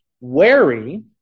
wary